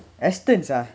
Astons ah